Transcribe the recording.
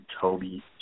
Toby